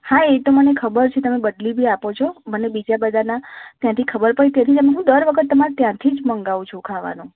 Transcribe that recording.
હા એ તો મને ખબર છે તમે બદલી બી આપો છો મને બીજા બધાનાં ત્યાંથી ખબર પડી તેથી મેં કીધું દર વખત તમારે ત્યાંથી જ મગાવું છું ખાવાનું